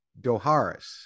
Doharis